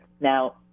Now